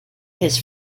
his